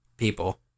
people